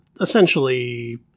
essentially